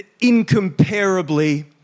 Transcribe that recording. incomparably